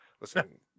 Listen